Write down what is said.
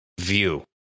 view